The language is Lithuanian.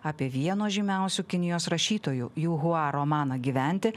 apie vieno žymiausių kinijos rašytojų jiuhua romaną gyventi